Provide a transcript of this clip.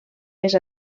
més